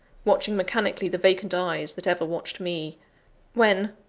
watching mechanically the vacant eyes that ever watched me when,